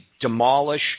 demolish